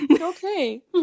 okay